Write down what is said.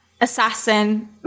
Assassin